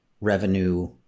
revenue